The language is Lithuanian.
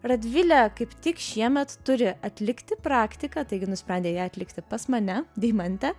radvile kaip tik šiemet turi atlikti praktiką taigi nusprendei ją atlikti pas mane deimantę